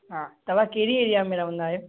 हा तव्हां कहिड़ी एरिया में रहंदा आहियो